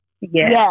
Yes